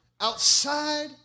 outside